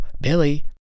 Billy